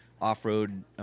off-road